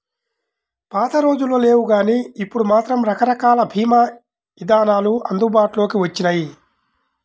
పాతరోజుల్లో లేవుగానీ ఇప్పుడు మాత్రం రకరకాల భీమా ఇదానాలు అందుబాటులోకి వచ్చినియ్యి